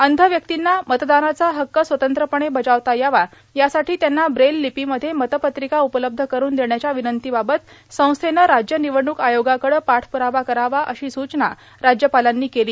अंध व्यक्तींना मतदानाचा हक्क स्वतंत्रपणे बजावता यावा यासाठी त्यांना ब्रेल र्लिपीमध्ये मतपत्रिका उपलब्ध करून देण्याच्या विनंतीबाबत संस्थेनं राज्य र्निवडणूक आयोगाकड पाठप्रावा करावा अशी सूचना राज्यपालांनी केली